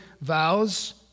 vows